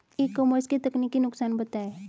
ई commerce के तकनीकी नुकसान बताएं?